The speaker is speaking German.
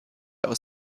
aus